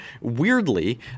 weirdly